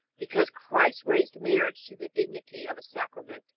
because christ raised marriage to the dignity of a sacrament